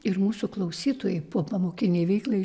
ir mūsų klausytojai popamokinei veiklai